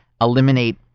eliminate